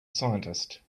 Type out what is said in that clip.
scientist